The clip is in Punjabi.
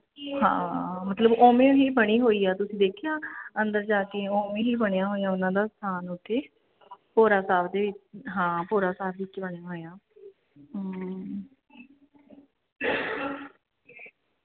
ਹਾਂ ਮਤਲਬ ਉਵੇਂ ਹੀ ਬਣੀ ਹੋਈ ਆ ਤੁਸੀਂ ਦੇਖਿਆ ਅੰਦਰ ਜਾ ਕੇ ਉਵੇਂ ਹੀ ਬਣਿਆ ਹੋਇਆ ਉਹਨਾਂ ਦਾ ਸਥਾਨ ਉੱਥੇ ਭੋਰਾ ਸਾਹਿਬ ਦੇ ਵਿਚ ਹਾਂ ਭੋਰਾ ਸਾਹਿਬ ਵਿੱਚ ਬਣਿਆ ਹੋਇਆ